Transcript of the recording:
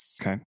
Okay